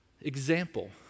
example